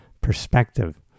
perspective